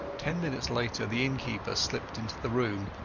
ten minutes later the innkeeper slipped into the room,